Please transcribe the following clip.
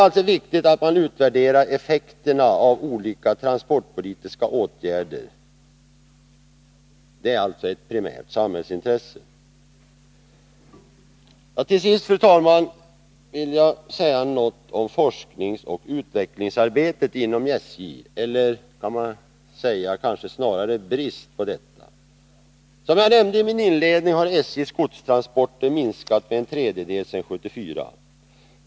Deét är viktigt att utvärdera effekten av olika transportpolitiska åtgärder. Det är alltså ett primärt samhällsintresse. Till sist, fru talman, vill jag säga litet om forskningsoch utvecklingsarbetet inom SJ — eller snarare bristen på sådan. Som jag nämnde i min inledning har SJ:s godstransporter minskat med en tredjedel sedan 1974.